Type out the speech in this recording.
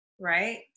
right